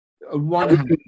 one